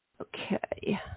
Okay